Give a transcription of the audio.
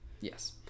Yes